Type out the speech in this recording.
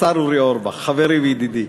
השר אורי אורבך, חברי וידידי,